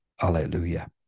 alleluia